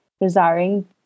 desiring